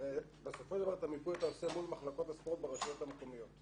בסופו של דבר את המיפוי אתה עושה מול מחלקות הספורט ברשויות המקומיות.